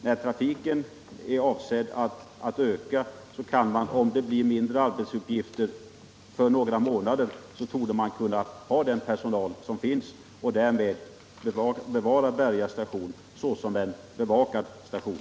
När trafiken ändå är avsedd att öka borde man, även om det blir mindre arbetsuppgifter under några månader, kunna ha kvar den personal som finns och därmed bevara Berga station som en bevakad station.